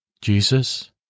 Jesus